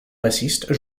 bassiste